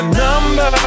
number